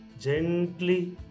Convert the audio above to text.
gently